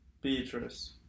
Beatrice